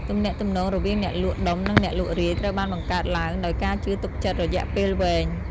ទំនាក់ទំនង រវាងអ្នកលក់ដុំនិងអ្នកលក់រាយត្រូវបានបង្កើតឡើងដោយការជឿទុកចិត្តរយៈពេលវែង។